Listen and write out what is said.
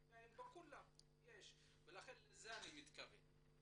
לכך אני מתכוון.